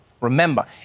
remember